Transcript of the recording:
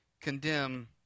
condemn